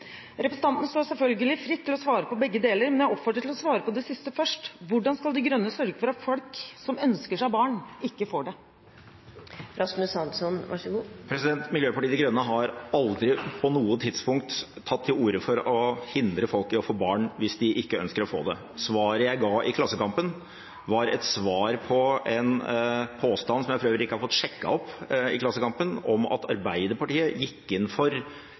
Representanten står selvfølgelig fritt til å svare på begge deler, men jeg oppfordrer ham til å svare på det siste først: Hvordan skal De Grønne sørge for at folk som ønsker seg barn, ikke får det? Miljøpartiet De Grønne har aldri på noe tidspunkt tatt til orde for å hindre folk i å få barn hvis de ønsker å få det. Svaret jeg ga i Klassekampen, var et svar på en påstand, som jeg for øvrig ikke har fått sjekket opp, i Klassekampen om at Arbeiderpartiet gikk inn for